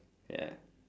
ya